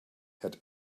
had